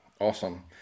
Awesome